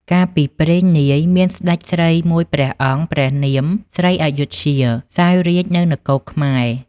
កាលពីព្រេងនាយ មានសេ្តចស្រីមួយព្រះអង្គព្រះនាម ស្រីអយុធ្យា សោយរាជ្យនៅនគរខែ្មរ។